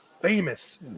famous